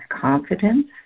confidence